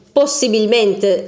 possibilmente